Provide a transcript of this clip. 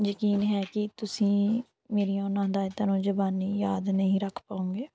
ਯਕੀਨ ਹੈ ਕਿ ਤੁਸੀਂ ਮੇਰੀਆਂ ਉਹਨਾਂ ਹਦਾਇਤਾਂ ਨੂੰ ਜੁਬਾਨੀ ਯਾਦ ਨਹੀਂ ਰੱਖ ਪਾਉਗੇ